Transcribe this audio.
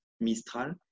mistral